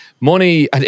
money